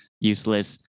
useless